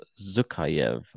Zukayev